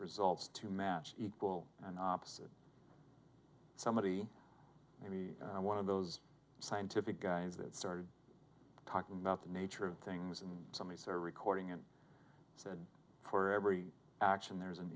results to match equal and opposite somebody may be one of those scientific guys that started talking about the nature of things and some ways are recording and said for every action there's an